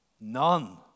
none